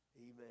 Amen